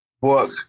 work